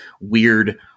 weird